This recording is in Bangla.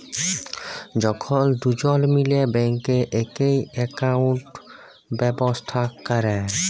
যখল দুজল মিলে ব্যাংকে একই একাউল্ট ব্যবস্থা ক্যরে